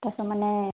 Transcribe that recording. তাৰপাছত মানে